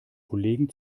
kollegen